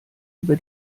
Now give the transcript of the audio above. über